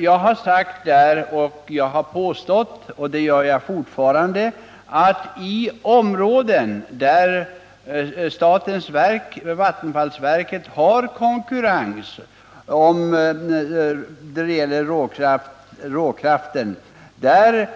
Jag har påstått, och det gör jag fortfarande, att man i områden där vattenfallsverket har konkurrens beträffande råkraften har